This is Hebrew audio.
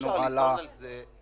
גם מנכ"ל משרד האוצר,